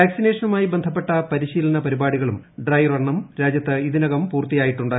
വാക്സിനേഷനുമായി ്ബന്ധപ്പെട്ട പരിശീലന പരിപാടികളും ഡ്രൈ റണ്ണും രാജ്യത്ത് ഇതിനകം പൂർത്തിയായിട്ടുണ്ട്